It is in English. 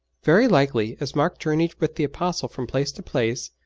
very likely, as mark journeyed with the apostle from place to place,